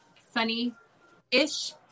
sunny-ish